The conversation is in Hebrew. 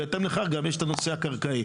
בהתאם לכך יש גם את הנושא הקרקעי.